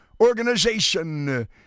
organization